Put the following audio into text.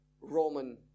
Roman